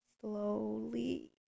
Slowly